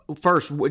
First